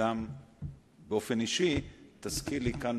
וגם באופן אישי תשכילי כאן,